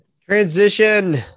Transition